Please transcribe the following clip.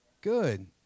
Good